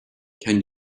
can